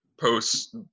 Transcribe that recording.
posts